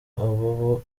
ababo